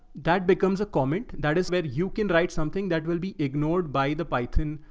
that becomes a comment that is where you can write something that will be ignored by the python,